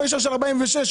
ולא אישר את סעיף 46,